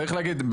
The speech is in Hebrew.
צריך להגיד,